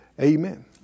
Amen